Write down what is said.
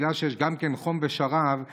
בגלל שיש חום ושרב,